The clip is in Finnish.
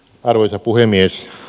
arvoisa puhemies